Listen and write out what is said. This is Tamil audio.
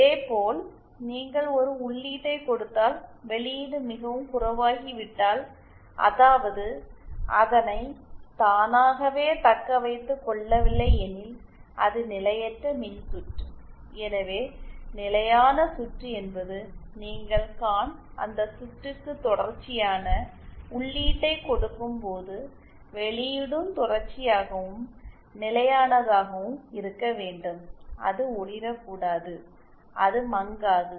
இதேபோல் நீங்கள் ஒரு உள்ளீட்டைக் கொடுத்தால் வெளியீடு மிகவும் குறைவாகி விட்டால் அதாவது அதனை தானாகவே தக்கவைத்துக் கொள்ளவில்லை எனில் அது நிலையற்ற மின்சுற்று எனவே நிலையான சுற்று என்பது நீங்கள் கான் அந்த சுற்றுக்கு தொடர்ச்சியான உள்ளீட்டைக் கொடுக்கும் போது வெளியீடும் தொடர்ச்சியாகவும் நிலையானதாகவும் இருக்க வேண்டும் அது அதிகமாக ஒளிரக்கூடாது அது மங்களாகவும் தெரியக்கூடாது